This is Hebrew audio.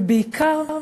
ובעיקר,